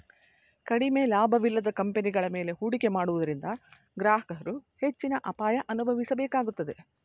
ಕಡಿಮೆ ಲಾಭವಿಲ್ಲದ ಕಂಪನಿಗಳ ಮೇಲೆ ಹೂಡಿಕೆ ಮಾಡುವುದರಿಂದ ಗ್ರಾಹಕರು ಹೆಚ್ಚಿನ ಅಪಾಯ ಅನುಭವಿಸಬೇಕಾಗುತ್ತದೆ